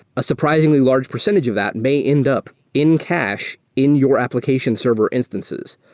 a surprisingly large percentage of that may end up in cache in your application server instances.